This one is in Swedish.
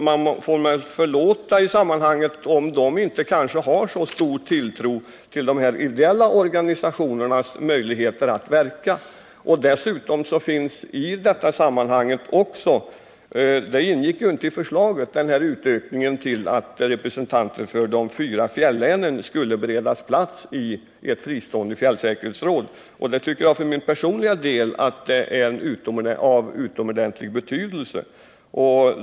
Man får väl i sammanhanget förlåta dem om de inte har så stor tilltro till de ideella organisationernas möjligheter att verka, men dessutom finns i detta sammanhang också — vilket ju inte ingick i det ursprungliga förslaget — en utökning med representanter för de fyra fjällänen som skulle beredas plats i ett fristående fjällsäkerhetsråd. För min personliga del tycker jag att detta är av utomordentligt stor betydelse.